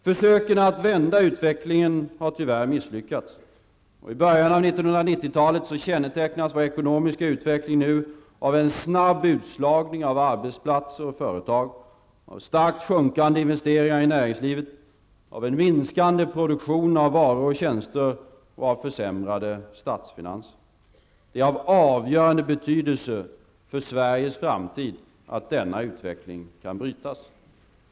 Försöken att vända utvecklingen har tyvärr misslyckats. I början av 1990-talet kännetecknas vår ekonomiska utveckling av en snabb utslagning av arbetsplatser och företag, starkt sjunkande investeringar i näringslivet, en minskande produktion av varor och tjänster och försämrade statsfinanser. Det är av avgörande betydelse för Sveriges framtid att denna utveckling kan brytas.